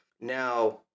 now